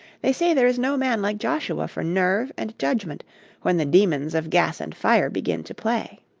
they say there is no man like joshua for nerve and judgment when the demons of gas and fire begin to play.